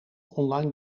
online